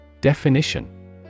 Definition